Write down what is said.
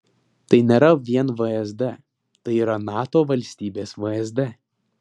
tai nėra vien vsd tai yra nato valstybės vsd